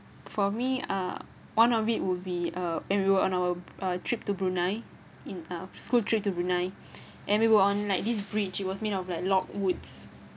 for me uh one of it would be uh when we were on our uh trip to brunei in uh school trip to brunei and we were on like this bridge was made of like log woods